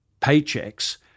paychecks